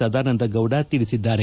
ಸದಾನಂದಗೌಡ ತಿಳಿಸಿದ್ದಾರೆ